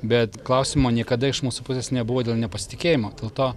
bet klausimo niekada iš mūsų pusės nebuvo dėl nepasitikėjimo dėl to